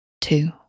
two